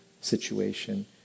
situation